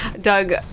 Doug